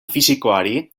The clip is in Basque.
fisikoari